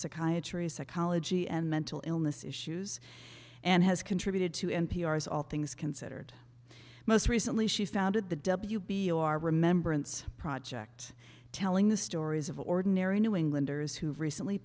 psychiatry psychology and mental illness issues and has contributed to n p r s all things considered most recently she founded the w b our remembrance project telling the stories of ordinary new englanders who've recently